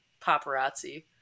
paparazzi